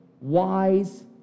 wise